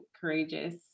courageous